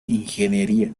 ingeniería